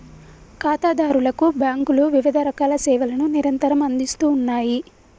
ఖాతాదారులకు బ్యాంకులు వివిధరకాల సేవలను నిరంతరం అందిస్తూ ఉన్నాయి